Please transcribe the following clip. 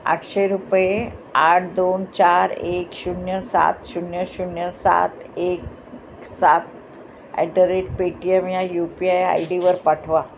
आठशे रुपये आठ दोन चार एक शून्य सात शून्य शून्य सात एक सात ॲट द रेट पेटीएम या यू पी आय आय डीवर पाठवा